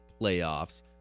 playoffs